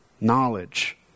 knowledge